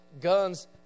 guns